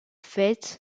faite